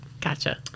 Gotcha